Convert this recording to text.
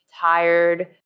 tired